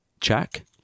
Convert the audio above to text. check